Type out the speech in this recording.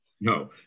No